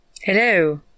Hello